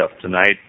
tonight